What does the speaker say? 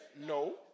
no